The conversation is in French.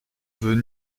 veut